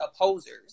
opposers